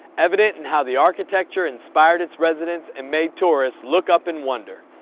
evident in how the architecture inspired its residents and made tourists look up in wonder.